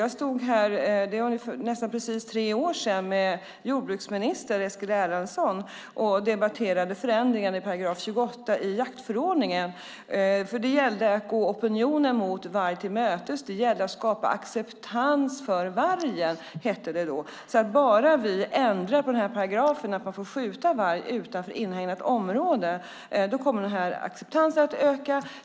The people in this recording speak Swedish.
Jag stod här för nästan precis tre år sedan med jordbruksminister Eskil Erlandsson och debatterade förändringen i paragraf 28 i jaktförordningen. Det gällde då att gå opinionen mot varg till mötes. Det gällde att skapa acceptans för vargen, hette det då. Bara vi ändrar på den här paragrafen så att man får skjuta varg utanför inhägnat område kommer acceptansen att öka.